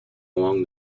along